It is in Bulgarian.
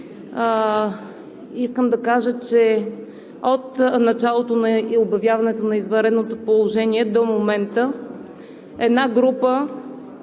Искам да кажа, че от началото на обявяването на извънредното положение до момента една група